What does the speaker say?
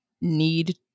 Need